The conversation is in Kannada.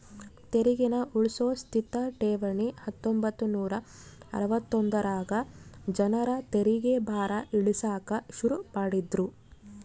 ತೆರಿಗೇನ ಉಳ್ಸೋ ಸ್ಥಿತ ಠೇವಣಿ ಹತ್ತೊಂಬತ್ ನೂರಾ ಅರವತ್ತೊಂದರಾಗ ಜನರ ತೆರಿಗೆ ಭಾರ ಇಳಿಸಾಕ ಶುರು ಮಾಡಿದ್ರು